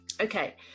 Okay